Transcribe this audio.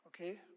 Okay